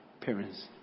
parents